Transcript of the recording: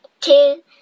two